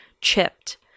chipped